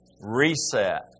Reset